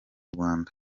rwanda